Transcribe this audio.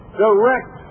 direct